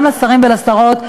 גם לשרים ולשרות,